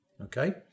Okay